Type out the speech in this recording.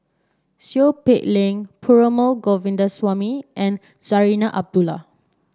Seow Peck Leng Perumal Govindaswamy and Zarinah Abdullah